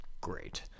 great